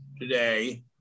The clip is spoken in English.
today